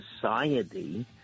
society